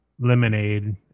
lemonade